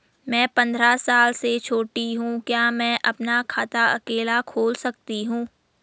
मैं पंद्रह साल से छोटी हूँ क्या मैं अपना खाता अकेला खोल सकती हूँ?